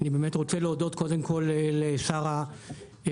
אני רוצה להודות קודם כל לשר האוצר,